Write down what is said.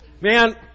Man